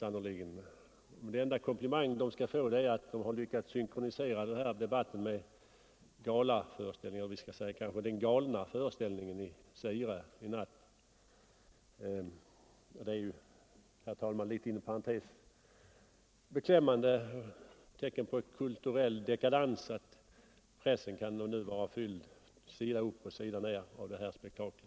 Den enda komplimang jag kan ge är den att det lyckats synkronisera den här debatten med galaföreställningen — vi skall kanske säga den galna föreställningen — i Zaire i natt. Inom parentes sagt, herr talman, är det ett beklämmande tecken på kulturell dekadans att pressen nu är fylld, sida upp och sida ner, av det här spektaklet.